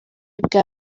bwa